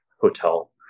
hotel